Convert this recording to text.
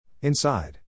Inside